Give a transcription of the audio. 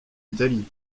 italie